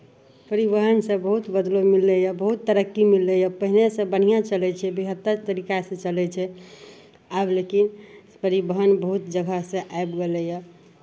परिवहनसँ बहुत बदलाव मिललैए बहुत तरक्की मिललैए पहिनेसँ बढ़िआँ चलै छै बेहतर तरीकासँ चलै छै आब लेकिन परिवहन बहुत जगहसँ आबि गेलैए